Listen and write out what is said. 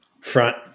Front